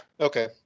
okay